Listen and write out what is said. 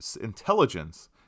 intelligence